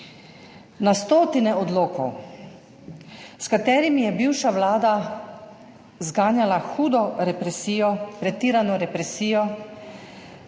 na stotine odlokov, s katerimi je bivša vlada zganjala hudo represijo, pretirano represijo,